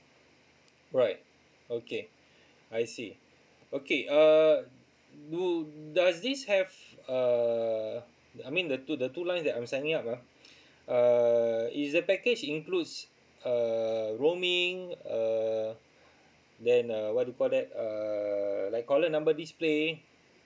right okay I see okay uh do does this have uh I mean the two the two lines that I'm signing up ah uh is the package includes uh roaming uh then uh what you call that err like caller number display